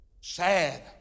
Sad